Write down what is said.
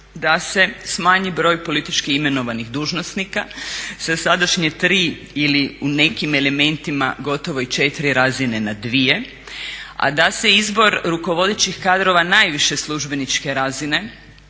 da se smanji broj politički imenovanih dužnosnika sa sadašnje 3 ili u nekim elementima gotovo i 4 razine na 2, a da se izbor rukovodećih kadrova najviše službeničke razine